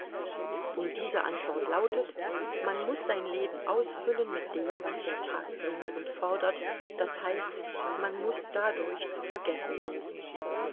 und diese antwort lautet man muß sein leben ausfüllen mit dem was der tag bringt und fordert das heißt man muß dadurch zu vergessen suchen